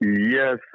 Yes